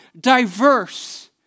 diverse